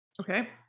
Okay